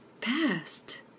past